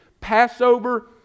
Passover